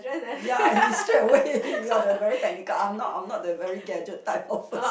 ya he straightaway you're the very technical I'm not I'm not the very gadget type of pers~